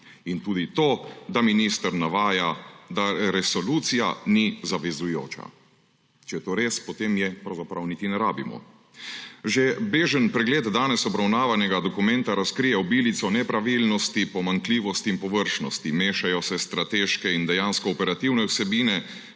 In tudi to, da minister navaja, da resolucija ni zavezujoča. Če je to res, potem je pravzaprav niti ne rabimo. Že bežen pregled danes obravnavanega dokumenta razkrije obilico nepravilnosti, pomanjkljivosti in površnosti. Mešajo se strateške in dejansko operativne vsebine